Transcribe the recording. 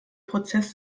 prozess